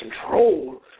control